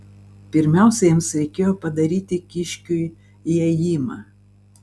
pirmiausia jiems reikėjo padaryti kiškiui įėjimą